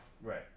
Right